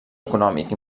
econòmic